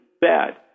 bad